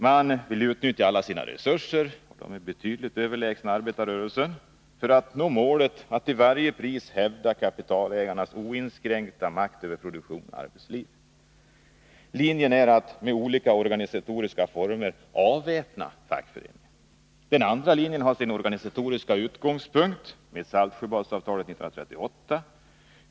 Man vill utnyttja alla sina resurser — och de är betydligt överlägsna arbetarrörelsens — för att nå målet att till varje pris hävda kapitalägarnas oinskränkta makt över produktion och arbetsliv. Linjen är att med olika organisatoriska former avväpna fackföreningen. Den andra linjen har sin organisatoriska utgångspunkt i Saltsjöbadsavtalet 1938.